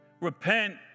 Repent